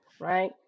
right